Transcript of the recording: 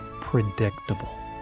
predictable